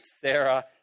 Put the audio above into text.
Sarah